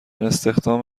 استخدام